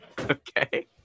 Okay